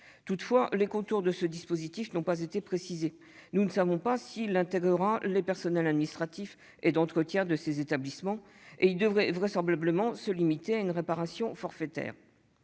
Toutefois, les contours de ce dispositif n'ont pas été précisés : nous ne savons pas s'il intégrera les personnels administratifs et d'entretien de ces établissements, et il devrait vraisemblablement se limiter à une réparation forfaitaire.